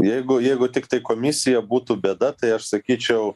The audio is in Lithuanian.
jeigu jeigu tiktai komisija būtų bėda tai aš sakyčiau